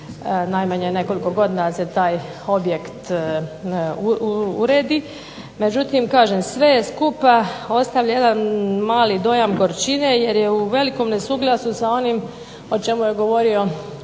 najmanje nekoliko godina da se taj objekt uredi. Međutim, sve skupa ostaje jedan mali dojam gorčine jer je u velikom nesuglasju s onim o čemu je govorio